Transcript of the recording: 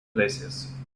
places